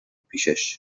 پیشش